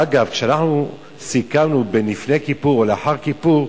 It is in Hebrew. אגב, כשאנחנו סיכמנו לפני כיפור או לאחר כיפור,